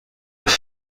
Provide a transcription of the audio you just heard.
دارم